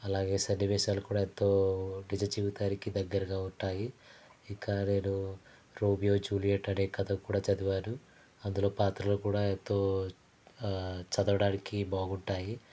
అలాగే సన్నివేశాలు కూడా ఎంతో నిజ జీవితానికి దగ్గరగా ఉంటాయి ఇక నేను రోమియో జూలియట్ అనే కథ కూడా చదివాను అందులో పాత్రలు కూడా ఎంతో చదవడానికి బాగుంటాయి